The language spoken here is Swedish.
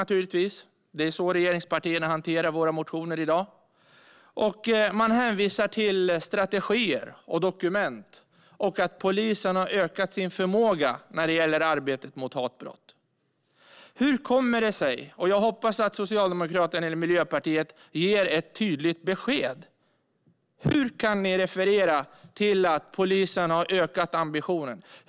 Det är på det sättet regeringspartierna hanterar våra motioner i dag. Man hänvisar till strategier och dokument och till att polisen har ökat sin förmåga när det gäller arbetet mot hatbrott. Jag hoppas att Socialdemokraterna eller Miljöpartiet kan ge tydligt besked på hur de kan referera till att polisen har ökat ambitionen.